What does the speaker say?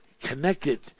connected